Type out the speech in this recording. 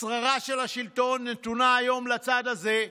השררה של השלטון נתונה היום לצד הזה,